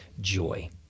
joy